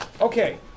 Okay